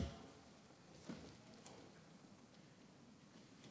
בעד, 13,